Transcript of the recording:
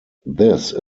this